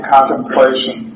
Contemplation